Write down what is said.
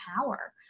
power